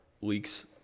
leaks